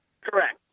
Correct